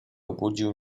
obudził